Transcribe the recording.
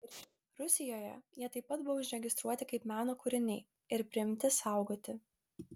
rusijoje jie taip pat buvo užregistruoti kaip meno kūriniai ir priimti saugoti